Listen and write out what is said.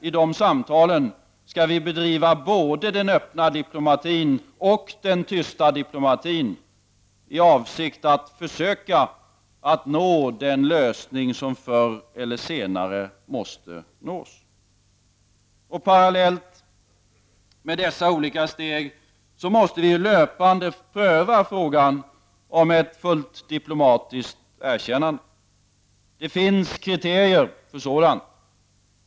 I dessa samtal skall vi bedriva både den öppna diplomatin och den tysta diplomatin i avsikt att försöka nå den lösning som förr eller senare måste nås. Parallellt med dessa olika steg måste vi löpande pröva frågan om ett fullt diplomatiskt erkännande. Det finns kriterier för ett sådant.